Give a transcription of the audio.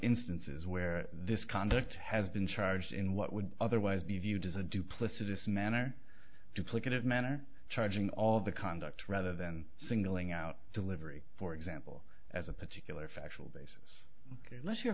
instances where this conduct has been charged in what would otherwise be viewed as a duplicitous manner duplicative manner charging all of the conduct rather than singling out delivery for example as a particular factual basis